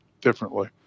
differently